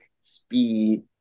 speed